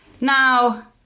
now